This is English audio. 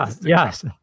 Yes